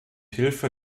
hilfe